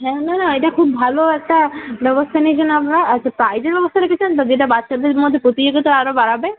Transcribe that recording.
না না না এটা খুব ভালো একটা ব্যবস্থা নিয়েছেন আপনারা আচ্ছা প্রাইজের ব্যবস্থা রেখেছেন তো যেটা বাচ্চাদের মধ্যে প্রতিযোগিতা আরও বাড়াবে